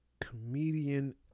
comedian